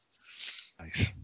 Nice